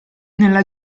nella